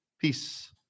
peace